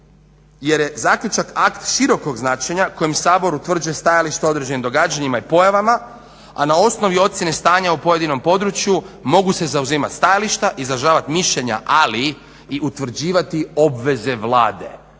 jer je zaključak akt širokog značenja kojim Sabor utvrđuje stajališta o određenim događanjima i pojavama, a na osnovi ocjene stanja o pojedinom području mogu se zauzimati stajališta, izražavati mišljenja ali i utvrđivati obveze Vlade.